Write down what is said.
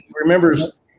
remembers